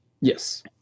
Yes